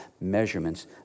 measurements